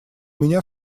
меня